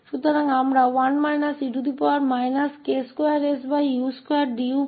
अतः हमें प्राप्त होगा